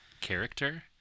character